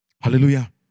Hallelujah